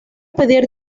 pedir